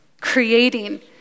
creating